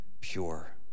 pure